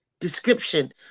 description